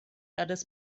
others